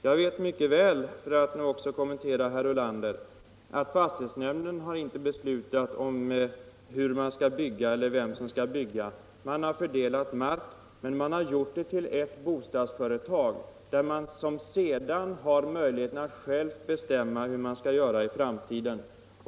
Jag vet mycket väl, för att nu också kommentera herr Ulanders inlägg, att fastighetsnämnden inte har beslutat om hur man skall bygga eller vem som skall bygga. Fastighetsnämnden har fördelat marken, men nämnden har lämnat marken till err bostadsföretag, som sedan har möjlighet att självt bestämma vad som skall göras i framtiden.